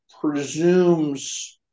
presumes